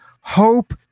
Hope